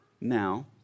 now